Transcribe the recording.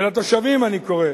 ולתושבים אני קורא,